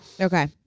Okay